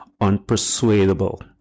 unpersuadable